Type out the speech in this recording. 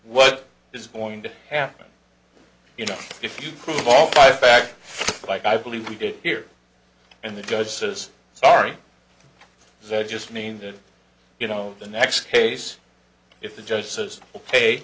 what is going to happen you know if you prove all five facts like i believe you did here and the judge says sorry so i just mean that you know the next case if the judge says ok